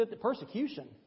Persecution